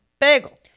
Bagel